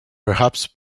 perhaps